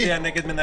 אגב,